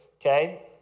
okay